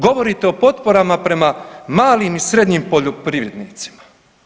Govorite o potporama prema malim i srednjim poljoprivrednicima.